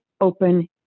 open